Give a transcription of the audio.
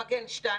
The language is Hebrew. למגן 2,